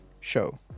show